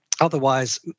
Otherwise